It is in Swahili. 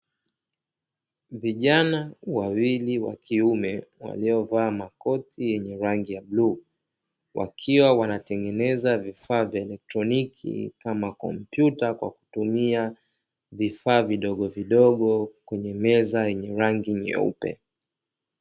Vijana wawili wakiume waliovalaa koti yenye rangi ya bluu wakiwa wanatengeneza vufaa vyao kieletroniki kama kompyuta kwa kutumia vufaa vidogovidogo kwenye meza yenye rangi nyeupe.